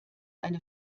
eine